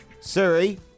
Siri